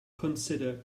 consider